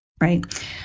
right